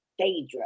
Daedra